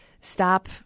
stop